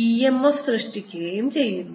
e m f സൃഷ്ടിക്കുകയും ചെയ്യുന്നു